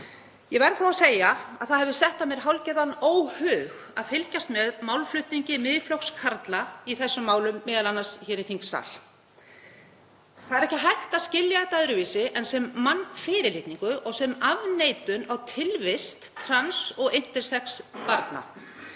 Ég verð þó að segja að það hefur sett að mér hálfgerðan óhug að fylgjast með málflutningi Miðflokkskarla í þessum málum, m.a. hér í þingsal. Það er ekki hægt að skilja hann öðruvísi en sem mannfyrirlitningu og sem afneitun á tilvist trans og intersex barna.